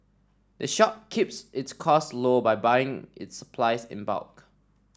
the shop keeps its costs low by buying its supplies in bulk